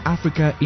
Africa